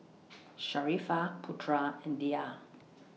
Sharifah Putra and Dhia